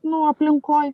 nu aplinkoj